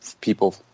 people